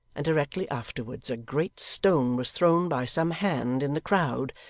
and directly afterwards a great stone was thrown by some hand, in the crowd,